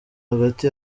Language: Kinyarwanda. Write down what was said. hagati